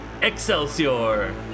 Excelsior